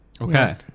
Okay